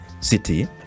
city